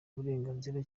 uburenganzira